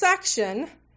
section